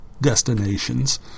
destinations